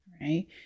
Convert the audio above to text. right